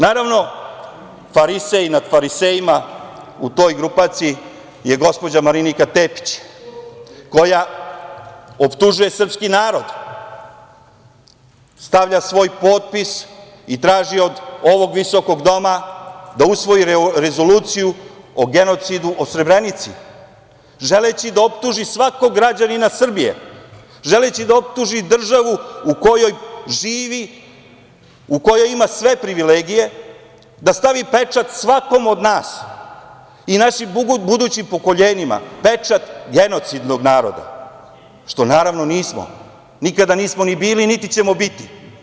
Naravno, farisej nad farisejima u toj grupaciji je gospođa Marinika Tepić, koja optužuje srpski narod, stavlja svoj potpis i traži od ovog visokog doma da usvoji rezoluciju o genocidu u Srebrenici, želeći da optuži svakog građanina Srbije, želeći da optuži državu u kojoj živi, u kojoj ima sve privilegije, da stavi pečat svakom od nas, i našim budućim pokoljenjima, pečat genocidnog naroda, što, naravno, nismo, nikada nismo ni bili, niti ćemo biti.